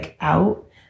out